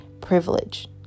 privilege